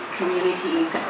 communities